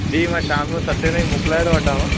जी मां शाम जो सते ताईं मोकिलाए थो वठांव